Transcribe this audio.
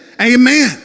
Amen